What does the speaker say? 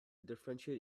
differential